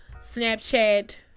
Snapchat